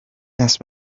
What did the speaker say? دست